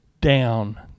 down